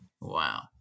Wow